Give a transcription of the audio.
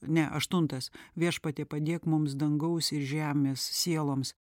ne aštuntas viešpatie padėk mums dangaus ir žemės sieloms